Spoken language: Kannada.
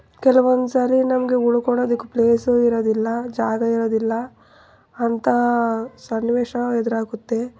ಕೆಲವೊಂದು ಸಾರಿ ನಮಗೆ ಉಳ್ಕೊಳೋದಿಕ್ಕು ಪ್ಲೇಸು ಇರೋದಿಲ್ಲ ಜಾಗ ಇರೋದಿಲ್ಲ ಅಂತಹ ಸನ್ನಿವೇಶ ಎದುರಾಗುತ್ತೆ